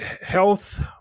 health